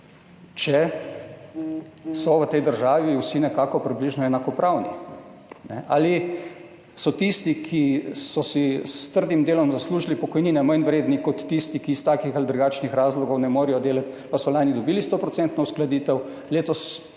če so v tej državi vsi nekako približno enakopravni. Ali so tisti, ki so si s trdim delom zaslužili pokojnine, manj vredni kot tisti, ki iz takih ali drugačnih razlogov ne morejo delati, pa so lani dobili 100-odstotno uskladitev, letos